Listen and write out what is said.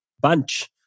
bunch